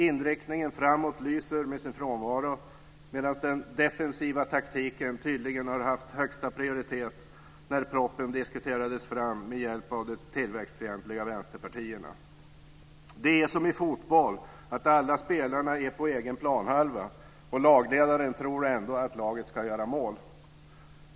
Inriktningen framåt lyser med sin frånvaro medan den defensiva taktiken tydligen har haft högsta prioritet när propositionen diskuterades fram med hjälp av de tillväxtfientliga vänsterpartierna. Det är som i fotboll när alla spelarna är på egen planhalva och lagledaren ändå tror att laget ska göra mål.